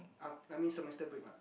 ah I mean semester break lah